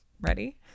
ready